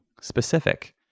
specific